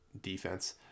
defense